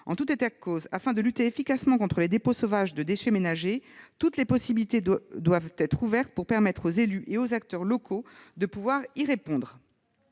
En tout état de cause, afin de lutter efficacement contre les dépôts sauvages de déchets ménagers, toutes les possibilités doivent être ouvertes pour permettre aux élus et aux autres acteurs locaux de répondre